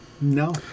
No